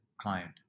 client